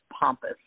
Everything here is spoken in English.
pompous